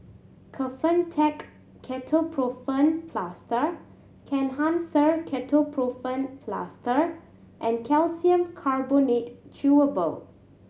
Kefentech Ketoprofen Plaster Kenhancer Ketoprofen Plaster and Calcium Carbonate Chewable